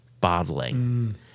bottling